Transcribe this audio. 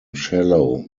shallow